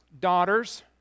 daughters